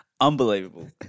Unbelievable